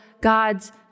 God's